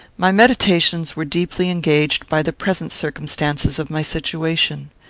my meditations were deeply engaged by the present circumstances of my situation.